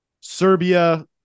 Serbia